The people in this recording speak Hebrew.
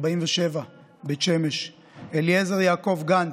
בן 47, מבית שמש, אליעזר יעקב גנץ,